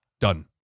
Done